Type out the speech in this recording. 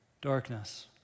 darkness